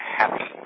happy